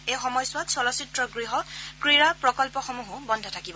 এই সময়ছোৱাত চলচ্চিত্ৰ গৃহ ক্ৰীড়া প্ৰকল্পসমূহো বন্ধ থাকিব